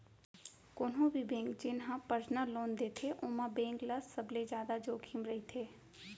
कोनो भी बेंक जेन ह परसनल लोन देथे ओमा बेंक ल सबले जादा जोखिम रहिथे